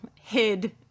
hid